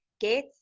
Get